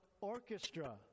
orchestra